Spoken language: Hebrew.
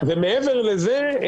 מעבר לזה,